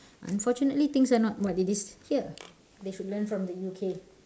unfortunately things are not what it is here they should learn from the U_K